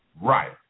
Right